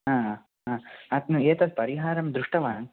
आ अ एतत् परिहारं दृष्टवान्